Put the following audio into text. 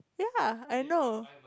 ya I know